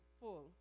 full